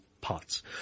parts